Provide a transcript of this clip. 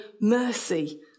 mercy